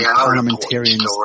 parliamentarians